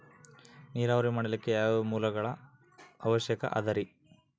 ನೇರಾವರಿ ಮಾಡಲಿಕ್ಕೆ ಯಾವ್ಯಾವ ಮೂಲಗಳ ಅವಶ್ಯಕ ಅದರಿ?